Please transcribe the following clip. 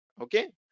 okay